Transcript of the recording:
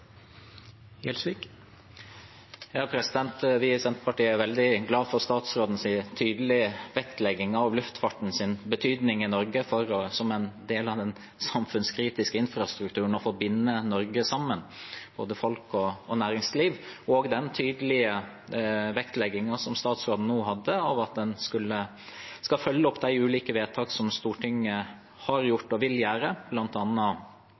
blir replikkordskifte. Vi i Senterpartiet er veldig glad for statsrådens tydelige vektlegging av luftfartens betydning i Norge som en del av den samfunnskritiske infrastrukturen og for å binde Norge sammen, både folk og næringsliv, og den tydelige vektleggingen som statsråden hadde av at en skal følge opp de ulike vedtak som Stortinget har